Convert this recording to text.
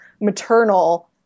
maternal